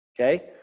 okay